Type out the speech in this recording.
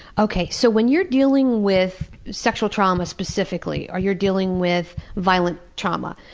okay, so, when you're dealing with sexual trauma specifically, or you're dealing with violent trauma,